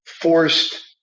forced